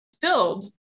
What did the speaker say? filled